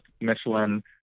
Michelin